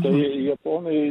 tai japonai